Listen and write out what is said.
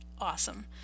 awesome